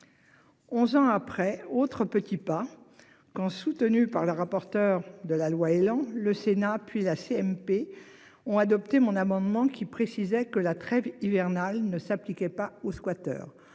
11 ans après. Autre petits pas quand, soutenu par le rapporteur de la loi Elan le Sénat puis la CMP ont adopté mon amendement qui précisait que la trêve hivernale ne s'appliquait pas aux squatters